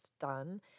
done